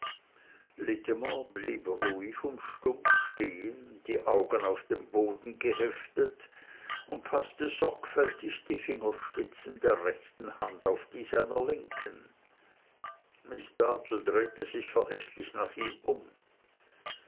blieb ruhig und stumm stehen die augen auf den boden geheftet und paßte sorgfältig die fingerspitzen der rechten hand auf die seiner linken miß dartle drehte sich verächtlich nach ihm um